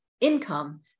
income